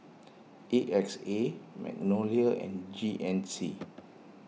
A X A Magnolia and G N C